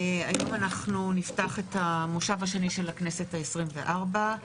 היום אנחנו נפתח את המושב השני של הכנסת ה-24,